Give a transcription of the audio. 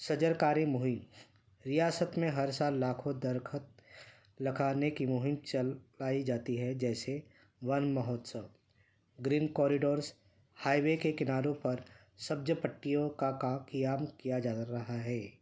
سجر کاری مہم ریاست میں ہر سال لاکھوں درخت لکھانے کی مہم چللائی جاتی ہے جیسے ون مہوتس گرین کوریڈورس ہائی وے کے کناروں پر سبج پٹیوں کا کا قیام کیا جا رہا ہے